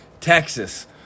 Texas